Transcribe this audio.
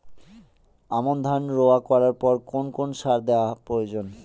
আমন ধান রোয়া করার পর কোন কোন সার দেওয়া প্রয়োজন?